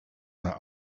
their